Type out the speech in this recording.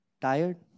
Tired